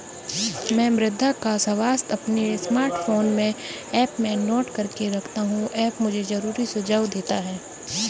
मैं मृदा का स्वास्थ्य अपने स्मार्टफोन में ऐप में नोट करके रखता हूं ऐप मुझे जरूरी सुझाव देता है